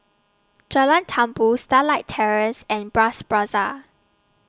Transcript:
Jalan Tambur Starlight Terrace and Bras Basah